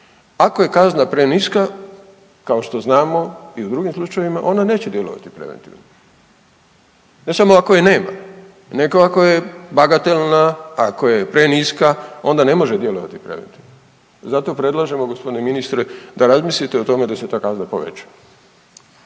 Ako je kazna preniska kao što znamo i u drugim slučajevima ona neće djelovati preventivno, ne samo ako je nema nego ako je bagatelna, ako je preniska onda ne može djelovati preventivno. Zato predlažemo g. ministre da razmislite o tome da se ta kazna poveća.